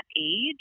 age